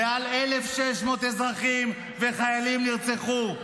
מעל 1,600 אזרחים וחיילים נרצחו,